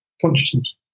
consciousness